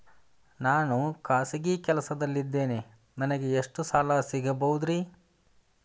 ನಾನು ಖಾಸಗಿ ಕೆಲಸದಲ್ಲಿದ್ದೇನೆ ನನಗೆ ಎಷ್ಟು ಸಾಲ ಸಿಗಬಹುದ್ರಿ?